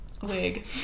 wig